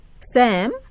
Sam